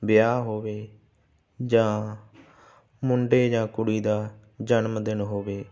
ਵਿਆਹ ਹੋਵੇ ਜਾਂ ਮੁੰਡੇ ਜਾਂ ਕੁੜੀ ਦਾ ਜਨਮਦਿਨ ਹੋਵੇ